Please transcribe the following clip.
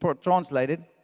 translated